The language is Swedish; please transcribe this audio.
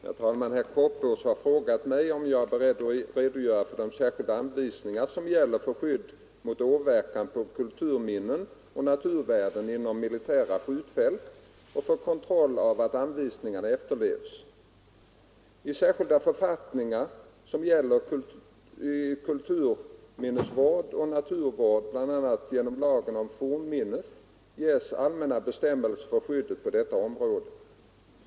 Herr talman! Herr Korpås har frågat mig om jag är beredd att redogöra för de särskilda anvisningar som gäller för skydd mot åverkan på kulturminnen och naturvärden inom militära skjutfält och för kontrollen av att anvisningarna efterlevs. I särskilda författningar som gäller kulturminnesvård och naturvård, bl.a. lagen om fornminnen, ges allmänna bestämmelser för skyddet på detta område.